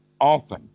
often